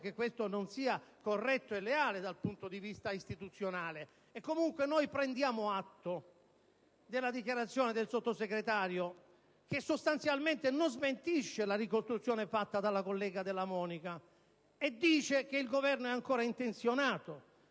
che questo non sia corretto e leale dal punto di vista istituzionale. Comunque, prendiamo atto della dichiarazione della Sottosegretaria, che sostanzialmente non smentisce la ricostruzione fatta dalla collega Della Monica e dice che il Governo è ancora intenzionato,